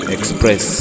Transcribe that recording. Express